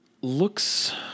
looks